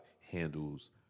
handles